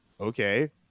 Okay